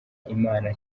imana